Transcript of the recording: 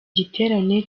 giterane